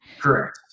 Correct